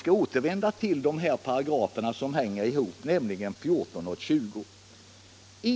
Jag återkommer till de här paragraferna som hänger ihop, nämligen 14 och 20 §§.